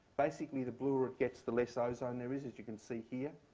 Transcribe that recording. basically, the bluer it gets, the less ozone there is, as you can see here.